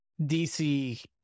DC